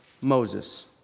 Moses